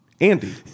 andy